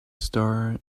star